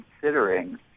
considering